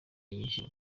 nyinshi